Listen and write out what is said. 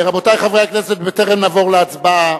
רבותי חברי הכנסת, בטרם נעבור להצבעה,